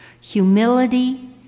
Humility